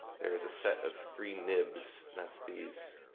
there is a set of three nibs. that's these